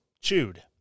chewed